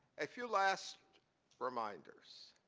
a few last reminders.